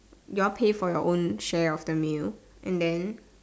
you all pay for your own share of the meal and then